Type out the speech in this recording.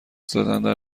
زدنها